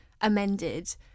amended